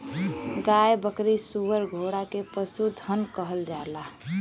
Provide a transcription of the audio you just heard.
गाय बकरी सूअर घोड़ा के पसुधन कहल जाला